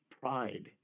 pride